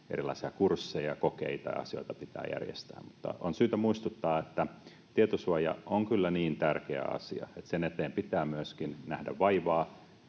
tietosuojakursseja ja ‑kokeita ja ‑asioita pitää järjestää. On syytä muistuttaa, että tietosuoja on kyllä niin tärkeä asia, että sen eteen pitää myöskin nähdä vaivaa